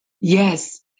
Yes